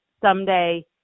someday